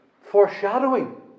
foreshadowing